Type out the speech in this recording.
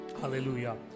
Hallelujah